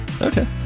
Okay